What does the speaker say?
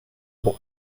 برد